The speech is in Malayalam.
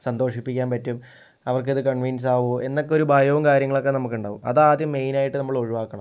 സന്തോഷിപ്പിക്കാൻ പറ്റും അവർക്കത് കൺവിൻസാവുമോ എന്നൊക്കെ ഒരു ഭയവും കാര്യങ്ങളൊക്കെ നമുക്കുണ്ടാവും അതാദ്യം മെയ്നായിട്ട് നമ്മളൊഴിവാക്കണം